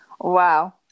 Wow